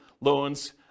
loans